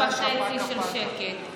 אחרי שנה וחצי של שקט.